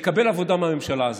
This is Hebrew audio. יקבל עבודה מהממשלה הזאת.